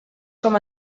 com